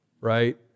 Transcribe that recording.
Right